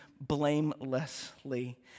blamelessly